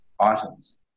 items